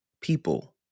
People